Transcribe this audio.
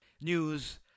news